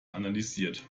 analysiert